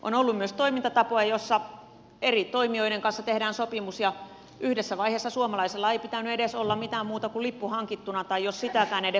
on ollut myös toimintatapoja joissa eri toimijoiden kanssa tehdään sopimus ja yhdessä vaiheessa suomalaisilla ei pitänyt edes olla mitään muuta kuin lippu hankittuna jos sitäkään edes